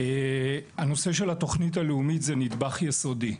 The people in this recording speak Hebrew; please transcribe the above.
הנושא של התוכנית הלאומית זה נדבך יסודי,